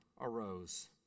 arose